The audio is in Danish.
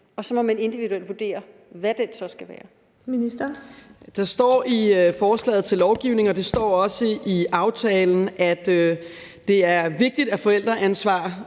og at man så individuelt må vurdere, hvad den så skal være?